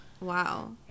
Wow